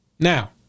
Now